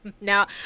Now